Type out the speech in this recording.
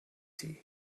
tea